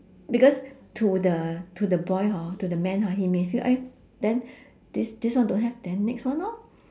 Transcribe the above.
because to the to the boy hor to the man ha he may feel !aiya! then this this one don't have then next one lor